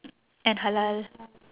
and halal